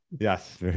Yes